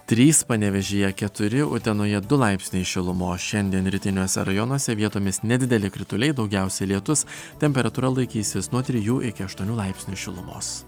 trys panevėžyje keturi utenoje du laipsniai šilumos šiandien rytiniuose rajonuose vietomis nedideli krituliai daugiausiai lietus temperatūra laikysis nuo trijų iki aštuonių laipsnių šilumos